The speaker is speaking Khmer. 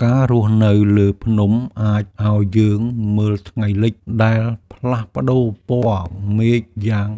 ការរស់នៅលើភ្នំ អាចឲ្យយើងមើលថ្ងៃលិចដែលផ្លាស់ប្តូរពណ៌មេឃយ៉ាង